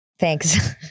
Thanks